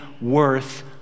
worth